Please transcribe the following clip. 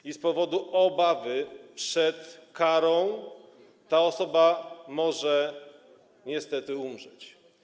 I z powodu obawy przed karą taka osoba może niestety umrzeć.